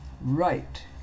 right